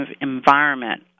environment